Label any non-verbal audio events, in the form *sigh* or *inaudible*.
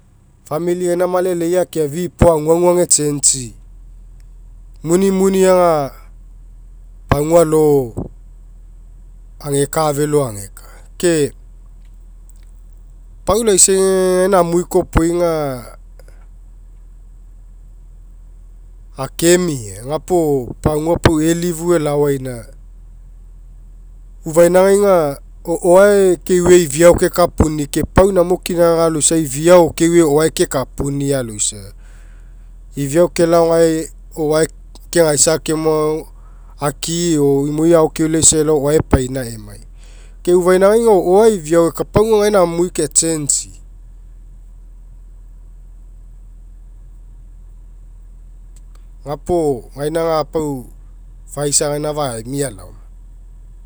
Famili gaina malelei akeafi'i puo aguagu age'change'i. Munimuni aga pagua alo ageka felo ageka ke pau laisa aga gaina amui kopoga aga akemia gapuo pagua pau elifu elaoaina. Ufainagai aga o'oae keoge ifia kekapuni'i ke pau namo kina aga ifia keue o'oae kekapuni'i aloisa. Ifiao kelao gae o'oae kegaisa keoma aga aki'i o imoi agao keulaisa elao o'oae epaina emai. Ke ufainagai aga o'oae ifia eka. Pau aga gaina amui ke'change'i. *noise* gapuo gaina aga pau faisa gaina faemia laoma.